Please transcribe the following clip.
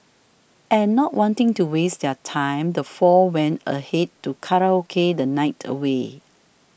and not wanting to waste their time the four went ahead to karaoke the night away